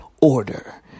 Order